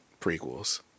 prequels